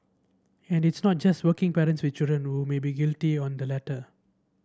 and it's not just working parents with children who may be guilty on the latter